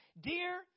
dear